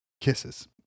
kisses